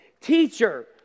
teacher